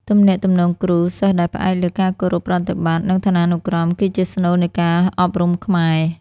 ទំនាក់ទំនងគ្រូ សិស្សដែលផ្អែកលើការគោរពប្រតិបត្តិ និងឋានានុក្រម គឺជាស្នូលនៃការអប់រំខ្មែរ។